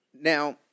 Now